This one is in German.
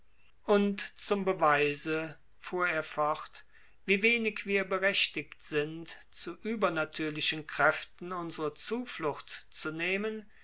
und zum beweise fuhr er fort wie wenig wir berechtigt sind zu übernatürlichen kräften unsre zuflucht zu nehmen